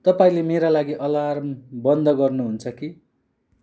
तपाईँले मेरा लागि अलार्म बन्द गर्नु हुन्छ कि